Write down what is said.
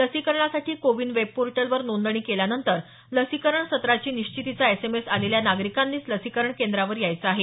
लसीकरणासाठी कोविन वेबपोर्टलवर नोंदणी केल्यानंतर लसीकरण सत्राची निश्चितीचा एसएमएस आलेल्या नागरिकांनीच लसीकरण केंद्रांवर यायचे आहे